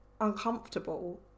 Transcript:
uncomfortable